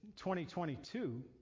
2022